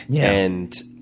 yeah and,